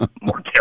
more